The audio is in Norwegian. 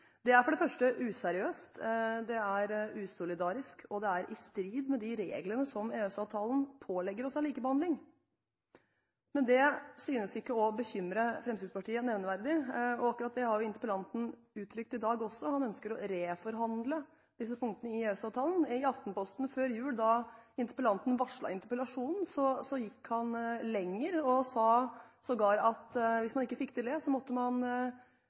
Det er useriøst, det er usolidarisk, og det er i strid med de reglene som EØS-avtalen pålegger oss om likebehandling. Men det synes ikke å bekymre Fremskrittspartiet nevneverdig, og akkurat det har jo interpellanten uttrykt i dag også. Han ønsker å reforhandle disse punktene i EØS-avtalen. I Aftenposten før jul, da interpellanten varslet interpellasjonen, gikk han lenger og sa sågar at hvis man ikke fikk til det, måtte man